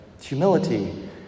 humility